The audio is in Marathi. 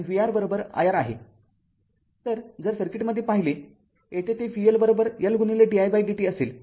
तर जर सर्किटमध्ये पाहिले येथे ते vLLdidt असेल आणि येथे vR I R असेल